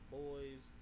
boys